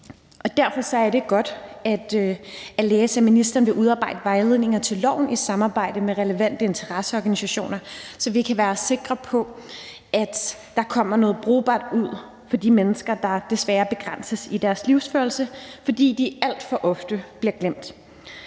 Derfor er det godt at læse, at ministeren vil udarbejde vejledninger til loven i samarbejde med relevante interesseorganisationer, så vi kan være sikre på, at der kommer noget brugbart ud af det for de mennesker, der desværre begrænses i deres livsførelse, fordi de alt for ofte bliver glemt.